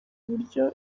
uburyo